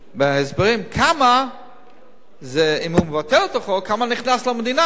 בהסברים, אם הוא מבטל את החוק כמה נכנס למדינה.